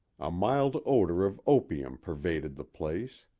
a mild odor of opium pervaded the place.